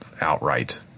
outright